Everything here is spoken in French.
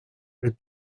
les